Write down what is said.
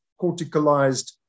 corticalized